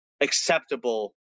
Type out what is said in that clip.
acceptable